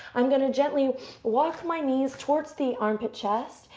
i'm going to gently walk my knees towards the armpit chest.